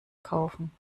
kaufen